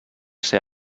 ser